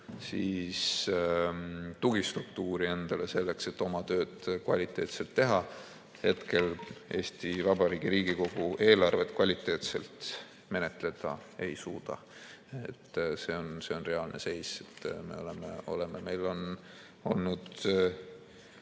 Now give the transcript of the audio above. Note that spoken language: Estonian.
tugistruktuuri, et oma tööd kvaliteetselt teha. Praegu Eesti Vabariigi Riigikogu eelarvet kvaliteetselt menetleda ei suuda. See on reaalne seis, kus me oleme. Meil on olnud